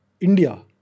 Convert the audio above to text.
India